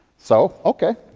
so, okay,